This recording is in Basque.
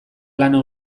lana